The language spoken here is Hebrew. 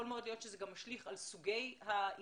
יכול להיות שזה גם משליך על סוגי האינג'מנטס,